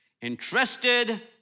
interested